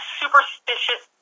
superstitious